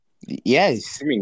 Yes